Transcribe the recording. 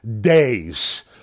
days